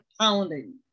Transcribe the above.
pounding